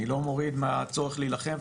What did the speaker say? אני לא מוריד מהצורך להילחם,